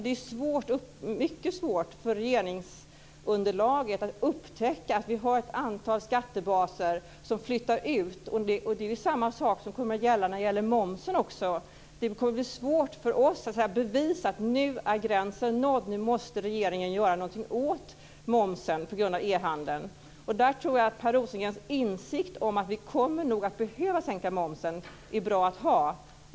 De är mycket svårt för regeringsunderlaget att upptäcka att vi har ett antal skattebaser som flyttar ut. Samma sak kommer att gälla momsen. Det kommer att bli svårt för oss att bevisa att gränsen nu är nådd och att regeringen måste göra någonting åt momsen på grund av e-handeln. Där tror jag att Per Rosengrens insikt om att vi nog kommer att behöva sänka momsen är bra att ha.